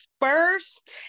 First